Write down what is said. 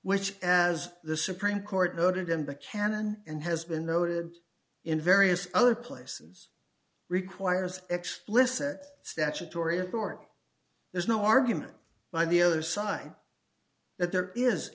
which as the supreme court noted in the canon and has been noted in various other places requires explicit statutory authority there's no argument by the other side that there is